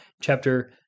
chapter